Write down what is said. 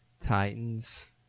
Titans